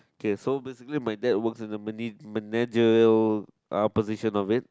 okay so basically my dad works in mana~ managerial uh position of it